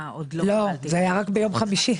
לא, זה היה רק ביום חמישי.